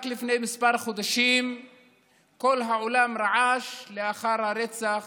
רק לפני כמה חודשים כל העולם רעש לאחר הרצח